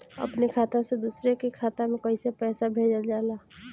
अपने खाता से दूसरे के खाता में कईसे पैसा भेजल जाला?